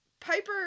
Piper